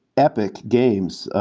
epic games,